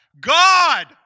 God